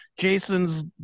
Jason's